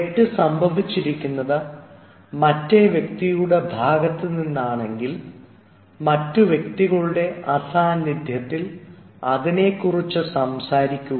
തെറ്റ് സംഭവിച്ചിരിക്കുന്നത് മറ്റേ വ്യക്തിയുടെ ഭാഗത്തുനിന്നാണെങ്കിൽ മറ്റു വ്യക്തികളുടെ അസാന്നിധ്യത്തിൽ അതിനെക്കുറിച്ച് സംസാരിക്കുക